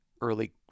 early